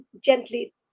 gently